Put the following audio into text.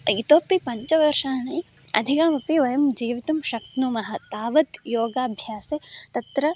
इतोऽपि पञ्चवर्षाणि अधिकमपि वयं जीवितुं शक्नुमः तावत् योगाभ्यासे तत्र